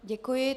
Děkuji.